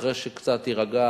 אחרי שקצת תירגע